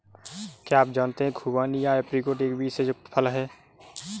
क्या आप जानते है खुबानी या ऐप्रिकॉट एक बीज से युक्त फल है?